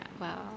wow